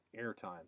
airtime